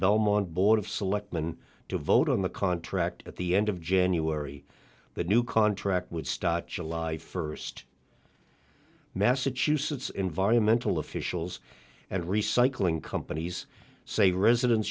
belmont board of selectmen to vote on the contract at the end of january the new contract would stop july first massachusetts environmental officials and recycling companies say residents